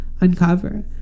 uncover